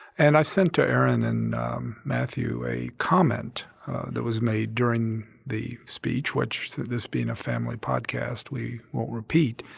and i sent to aaron and matthew a comment that was made during the speech, which this being a family podcast we won't repeat,